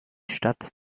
stadt